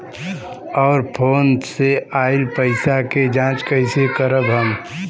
और फोन से आईल पैसा के जांच कैसे करब हम?